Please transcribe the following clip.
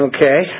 Okay